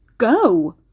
go